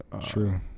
true